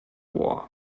war